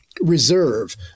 reserve